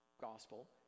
gospel